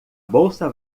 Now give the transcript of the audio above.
bolsa